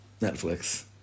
Netflix